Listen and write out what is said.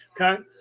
Okay